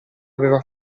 aveva